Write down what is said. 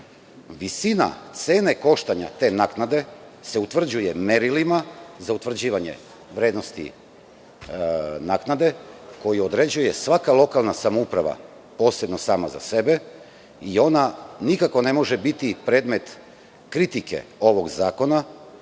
Visina cene koštanja te naknade se utvrđuje merilima za utvrđivanje vrednosti naknade koju određuje svaka lokalna samouprava posebno sama za sebe i ona nikako ne može biti predmet kritike ovog zakona,